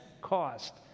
cost